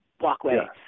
walkway